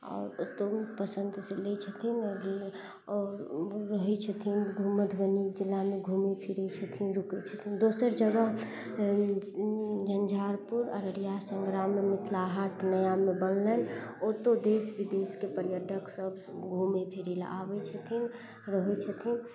आ ओतौ पसन्द से लै छथिन आओर रहै छथिन घूम मधुबनी जिलामे घुमै फिरै छथिन रुकै छथिन दोसर जगह झंझारपुर अररिया सङ्ग्राममे मिथिला हाट नयामे बनलनि ओतौ देश विदेशके पर्यटक सभ घुमै फिरै लए आबै छथिन रहै छथिन